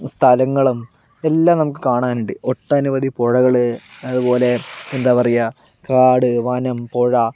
സ്ഥലങ്ങളും എല്ലാം നമുക്ക് കാണാനുണ്ട് ഒട്ടനവധി പുഴകൾ അതുപോലെ എന്താ പറയുക കാട് വനം പുഴ